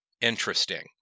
interesting